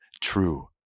true